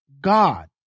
God